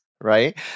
right